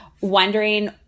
wondering